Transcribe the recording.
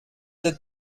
did